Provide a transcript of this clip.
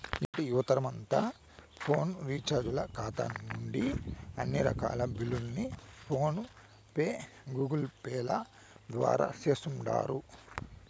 ఇప్పటి యువతరమంతా ఫోను రీచార్జీల కాతా నుంచి అన్ని రకాల బిల్లుల్ని ఫోన్ పే, గూగుల్పేల ద్వారా సేస్తుండారు